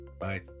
Bye